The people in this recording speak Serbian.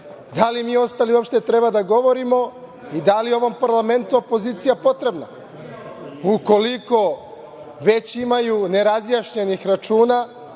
da li mi ostali uopšte treba da govorimo i da li je ovom parlamentu opozicija potrebna? Ukoliko već imaju nerazjašnjenih računa,